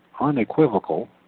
unequivocal